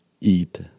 eat